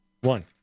One